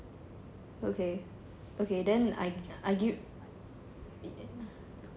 okay okay then I give